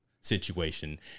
situation